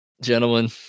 gentlemen